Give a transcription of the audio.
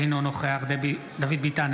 אינו נוכח דוד ביטן,